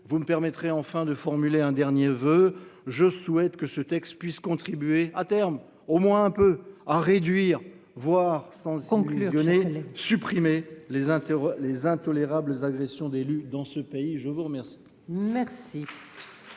vous me permettrez, enfin, de formuler un dernier voeu, je souhaite que ce texte puisse contribuer à terme au moins un peu à réduire, voire 100 sanglier données supprimer les uns les intolérable agression d'élus dans ce pays, je vous remercie.